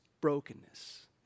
brokenness